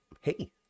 Hey